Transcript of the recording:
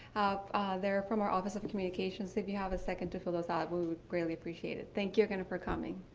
they're from our office of communications. if you have a second to fill those out we would really appreciate it. thank you again for coming.